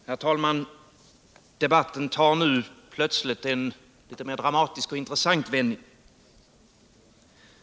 Herr talman! Debatten tar nu plötsligt en litet mer dramatisk och intressant vändning.